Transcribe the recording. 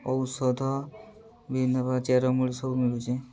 ଔଷଧ ବିଭିନ୍ନ ପ୍ରକାର ଚେରମୂଳି ସବୁ ମିଳୁଛି